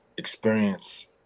Experience